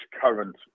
current